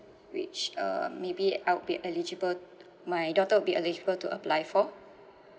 which um maybe I'll be eligible my daughter would be eligible to apply for